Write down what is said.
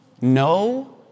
no